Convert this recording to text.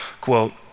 quote